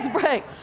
break